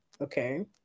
Okay